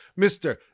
mr